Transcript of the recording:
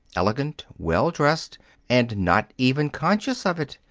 elegant, well dressed and not even conscious of it,